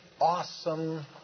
awesome